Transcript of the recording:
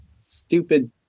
stupid